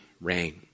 rain